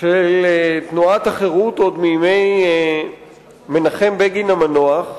של תנועת החרות עוד מימי מנחם בגין המנוח,